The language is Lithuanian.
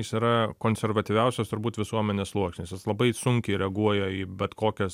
jis yra konservatyviausias turbūt visuomenės sluoksnis jis labai sunkiai reaguoja į bet kokias